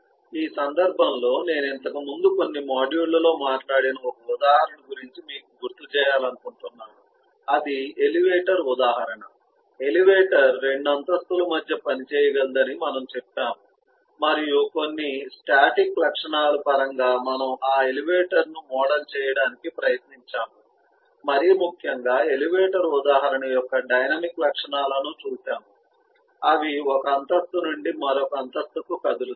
ఈ సందర్భంలో నేను ఇంతకుముందు కొన్ని మాడ్యూళ్ళలో మాట్లాడిన ఒక ఉదాహరణ గురించి మీకు గుర్తు చేయాలనుకుంటున్నాను అది ఎలివేటర్ ఉదాహరణ ఎలివేటర్ 2 అంతస్తుల మధ్య పనిచేయగలదని మనము చెప్పాము మరియు కొన్ని స్టాటిక్ లక్షణాల పరంగా మనము ఆ ఎలివేటర్ను మోడల్ చేయడానికి ప్రయత్నించాము మరీ ముఖ్యంగా ఎలివేటర్ ఉదాహరణ యొక్క డైనమిక్ లక్షణాలను చూశాము అవి ఒక అంతస్తు నుండి మరొక అంతస్తుకు కదులుతాయి